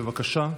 בבקשה,